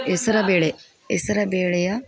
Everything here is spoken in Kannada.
ಹೆಸ್ರು ಬೇಳೆ ಹೆಸ್ರು ಬೇಳೆಯ